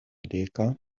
deka